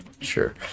sure